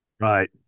Right